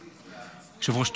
היושב-ראש,